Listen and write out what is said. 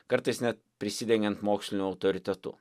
kartais net prisidengiant moksliniu autoritetu